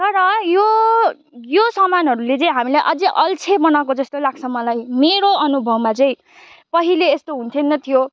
तर यो यो सामानहरूले चाहिँ हामीलाई अझै अल्छे बनाको जस्तो लाग्छ मलाई मेरो अनुभवमा चाहिँ पहिले यस्तो हुँदैन थियो